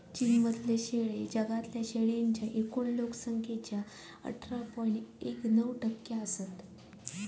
चीन मधले शेळे जगातल्या शेळींच्या एकूण लोक संख्येच्या अठरा पॉइंट एक नऊ टक्के असत